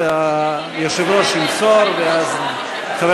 אדוני ימסור את כל ההודעות, ואחר